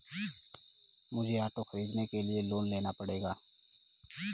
मुझे ऑटो खरीदने के लिए लोन लेना पड़ेगा